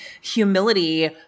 humility